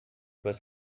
was